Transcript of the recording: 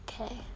okay